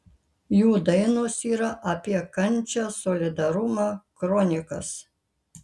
jų dainos yra apie kančią solidarumą kronikas